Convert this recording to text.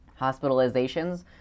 Hospitalizations